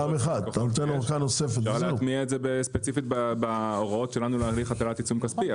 אפשר להתנות את זה ספציפית בהוראות שלנו להעניק הטלת עיצום כספי,